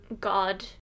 god